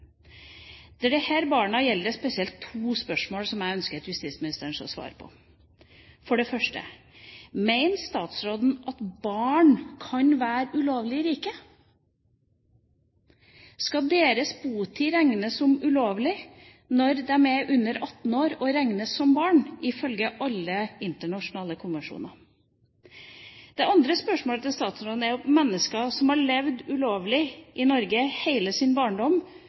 det gjelder disse barna, er det spesielt to spørsmål som jeg ønsker at justisministeren skal svare på. For det første: Mener statsråden at barn kan være ulovlig i riket? Skal deres botid regnes som ulovlig når de er under 18 år og regnes som barn ifølge alle internasjonale konvensjoner? Det andre spørsmålet til statsråden er om mennesker som har levd ulovlig i Norge hele sin barndom,